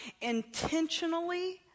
intentionally